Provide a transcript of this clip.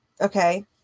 Okay